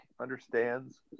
understands